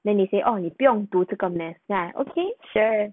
then they say 你不用读这个 math ya okay sure